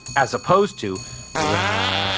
as opposed to rat,